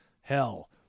Hell